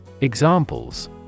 Examples